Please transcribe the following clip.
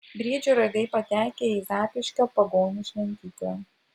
briedžio ragai patekę į zapyškio pagonių šventyklą